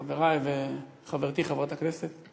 חברי וחברתי חברת הכנסת,